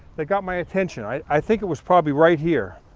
that got my attention. i think it was probably right here.